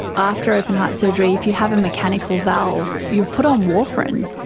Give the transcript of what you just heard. after open heart surgery if you have a mechanical valve you are put on warfarin,